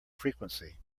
frequency